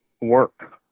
work